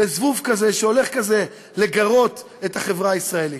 לזבוב כזה שהולך כזה לגרות את החברה הישראלית.